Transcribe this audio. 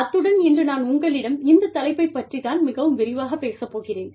அத்துடன் இன்று நான் உங்களிடம் இந்த தலைப்பைப் பற்றித் தான் மிகவும் விரிவாகப் பேசப் போகிறேன்